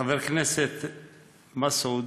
חבר הכנסת מסעוד,